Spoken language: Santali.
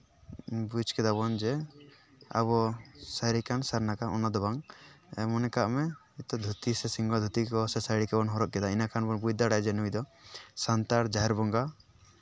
ᱵᱩᱡ ᱠᱮᱫᱟᱚᱱ ᱡᱮ ᱟᱵᱚ ᱥᱟᱹᱨᱤ ᱠᱟᱱ ᱥᱟᱨᱱᱟ ᱠᱟᱱ ᱚᱱᱟᱫᱚ ᱵᱟᱝ ᱢᱚᱱᱮ ᱠᱟᱜᱢᱮ ᱫᱷᱩᱛᱤ ᱠᱚ ᱥᱮ ᱥᱟᱹᱲᱤ ᱠᱚᱵᱚᱱ ᱦᱚᱨᱚᱜ ᱠᱮᱫᱟ ᱤᱱᱟᱹᱠᱷᱟᱱ ᱵᱚᱱ ᱵᱩᱡᱽ ᱫᱟᱲᱮᱭᱟᱜᱼᱟ ᱱᱩᱭᱫᱚ ᱥᱟᱱᱛᱟᱲ ᱡᱟᱦᱮᱨ ᱵᱚᱸᱜᱟ